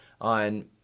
on